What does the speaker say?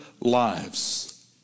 lives